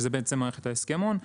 שזה מערכת ההסכמון.